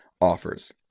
offers